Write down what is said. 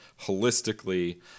holistically